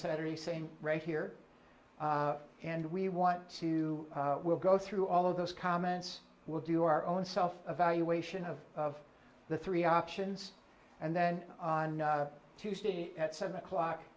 saturday saying right here and we want to we'll go through all of those comments we'll do our own self evaluation of the three options and then on tuesday at seven o'clock